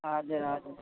हजुर हजुर हजुर